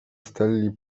stelli